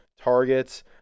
targets